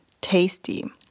tasty